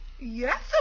Yes